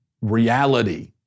reality